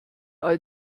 all